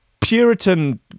Puritan